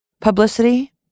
Publicity